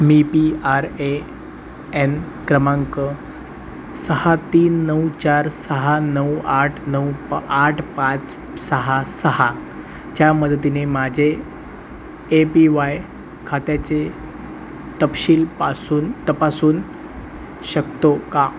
me P R A N क्रमांक सहा तीन नऊ चार सहा नऊ आठ नऊ प आठ पाच सहा सहाच्या मदतीने माझे ए पी वाय खात्याचे तपशीलपासून तपासून शकतो का